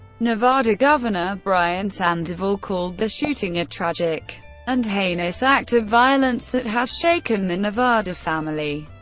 nevada governor brian sandoval called the shooting a tragic and heinous act of violence that has shaken the nevada family.